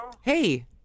Hey